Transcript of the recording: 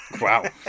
Wow